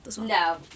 No